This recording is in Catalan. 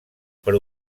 per